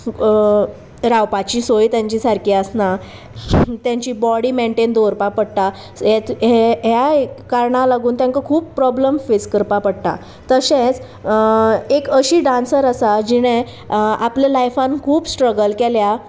रावपाची सोय तेंची सारकी आसना तेंची बॉडी मेनटेन दवरपा पडटा ह्या कारणा लागून तांकां खूब प्रोब्लम फेस करपा पडटा तशेंच एक अशी डांसर आसा जिणें आपल्या लायफान खूब स्ट्रगल केल्या